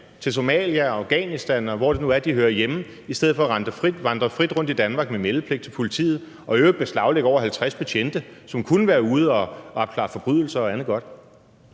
til Somalia, Afghanistan, og hvor det nu er de hører hjemme, i stedet for at vandre frit rundt i Danmark med meldepligt til politiet og i øvrigt beslaglægge over 50 betjente, som kunne være ude og opklare forbrydelser og andet godt?